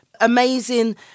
amazing